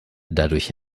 dadurch